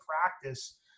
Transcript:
practice